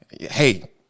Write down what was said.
Hey